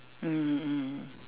mm mm